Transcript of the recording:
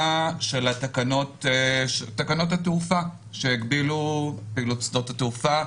את הדוגמה של תקנות התעופה שהגבילו את פעילות שדות התעופה,